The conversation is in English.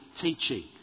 teaching